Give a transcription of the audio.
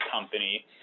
company